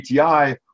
ATI